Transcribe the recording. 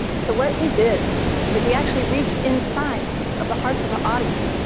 so what he did is he actually reached inside of the hearts of the audience.